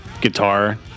guitar